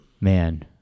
Man